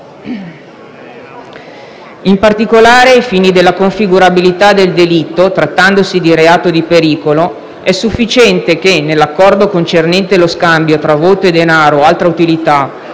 In particolare, ai fini della configurabilità del delitto, trattandosi di reato di pericolo, è sufficiente che, nell'accordo concernente lo scambio tra voto e denaro o altra utilità,